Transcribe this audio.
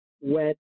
wet